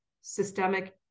systemic